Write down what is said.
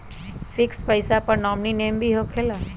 Fix पईसा पर nominee name भी होकेला?